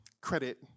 credit